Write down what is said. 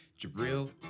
Jabril